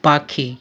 পাখি